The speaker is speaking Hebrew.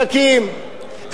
תקים,